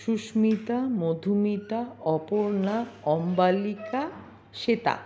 Susmita Madhumita Aparna Ambalika Shweta